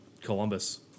Columbus